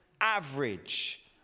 average